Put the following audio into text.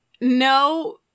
No